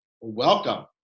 welcome